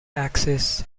axis